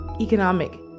economic